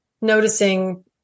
noticing